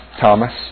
Thomas